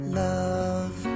love